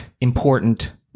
important